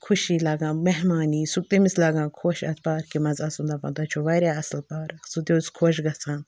خوٚشی لگان مہمان یی سُہ تٔمِس لگان خۄش اَتھ پارکہِ منٛز اَژُن دَپان تۄہہِ چھو واریاہ اَصٕل پارک سُہ تہِ حظ چھِ خۄش گژھان